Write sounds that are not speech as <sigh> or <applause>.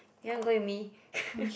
you want go with me <laughs>